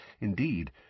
Indeed